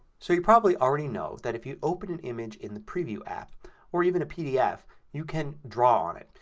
so you probably already know that if you open an image in the preview app or even a pdf you can draw on it.